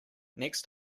next